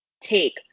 take